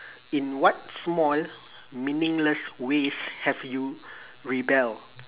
in what small meaningless ways have you rebelled